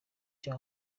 vya